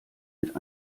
mit